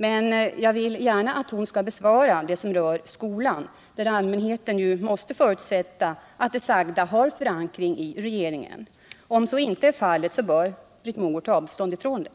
Men jag vill gärna att hon skall besvara de frågor som rör skolan, där ju allmänheten måste förutsätta att det sagda har förankring i regeringen. Om så inte är fallet bör Britt Mogård ta avstånd från detta.